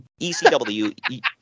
ECW